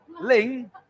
Ling